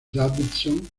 davidson